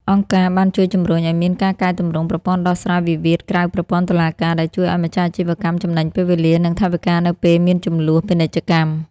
អង្គការបានជួយជម្រុញឱ្យមានការកែទម្រង់ប្រព័ន្ធដោះស្រាយវិវាទក្រៅប្រព័ន្ធតុលាការ ដែលជួយឱ្យម្ចាស់អាជីវកម្មចំណេញពេលវេលា និងថវិកានៅពេលមានជម្លោះពាណិជ្ជកម្ម។